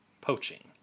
poaching